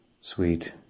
sweet